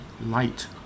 light